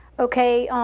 ok?